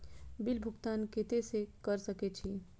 Bill भुगतान केते से कर सके छी?